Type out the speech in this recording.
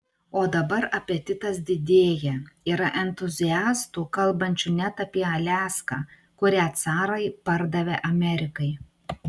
o dabar apetitas didėja yra entuziastų kalbančių net apie aliaską kurią carai pardavė amerikai